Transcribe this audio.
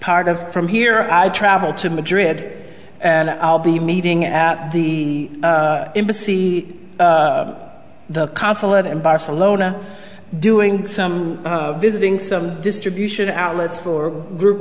part of from here i travel to madrid and i'll be meeting at the embassy the consulate in barcelona doing some visiting some distribution outlets for group